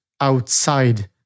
outside